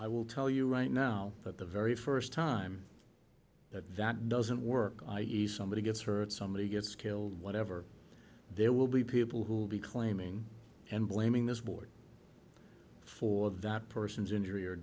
i will tell you right now that the very first time that that doesn't work i e somebody gets hurt somebody gets killed whatever there will be people who'll be claiming and blaming this board for that person's injury or